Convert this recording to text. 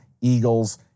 Eagles